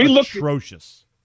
atrocious